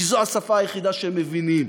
כי זו השפה היחידה שהם מבינים.